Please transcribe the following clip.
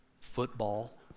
football